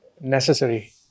necessary